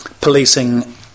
policing